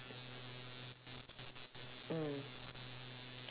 mm